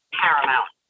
paramount